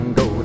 go